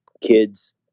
kids